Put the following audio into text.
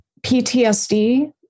PTSD